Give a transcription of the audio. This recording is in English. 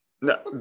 No